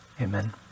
Amen